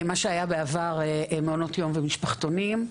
מה שהיה בעבר מעונות יום ומשפחתונים,